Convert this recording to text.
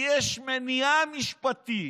יש מניעה משפטית.